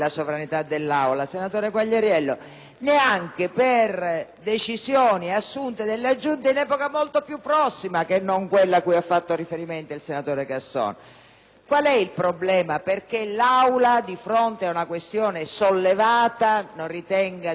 neanche per decisioni assunte dalla Giunta in epoca molto più prossima rispetto a quella cui ha fatto riferimento il senatore Casson. Qual è il problema perché l'Aula di fronte ad una questione sollevata non ritenga di poter investire la Giunta per il Regolamento?